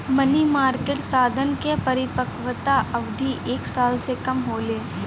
मनी market साधन क परिपक्वता अवधि एक साल से कम होले